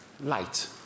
Light